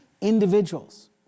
individuals